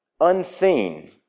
unseen